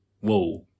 Whoa